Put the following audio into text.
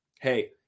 Hey